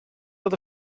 oedd